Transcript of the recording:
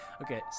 Okay